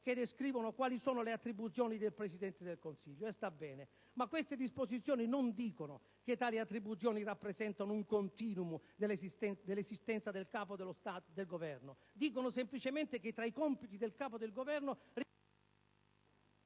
che descrivono quali sono le attribuzioni del Presidente del Consiglio. E sta bene. Ma queste disposizioni non dicono che tali attribuzioni rappresentano un *continuum* nell'esistenza del Capo del Governo. Dicono semplicemente che, tra i compiti del Capo del Governo,